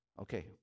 Okay